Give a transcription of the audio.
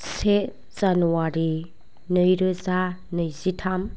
से जानुवारि नैरोजा नैजिथाम